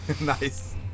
Nice